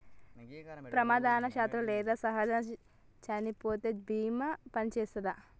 ప్రమాదవశాత్తు లేదా సహజముగా చనిపోతే బీమా పనిచేత్తదా?